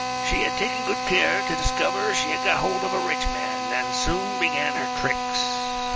she had taken good care to discover she had got hold of a rich man, and soon began her tricks.